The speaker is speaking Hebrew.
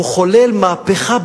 והוא חולל מהפכה,